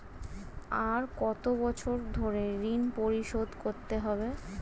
আর কত বছর ধরে ঋণ পরিশোধ করতে হবে?